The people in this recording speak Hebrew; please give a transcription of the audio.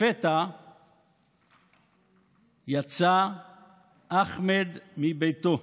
לפתע יצא אחמד מביתו.